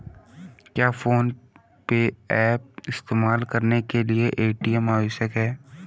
क्या PhonePe app इस्तेमाल करने के लिए ए.टी.एम आवश्यक है?